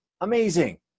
amazing